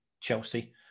Chelsea